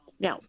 Now